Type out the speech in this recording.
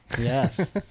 Yes